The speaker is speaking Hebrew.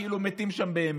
כאילו מתים שם באמת.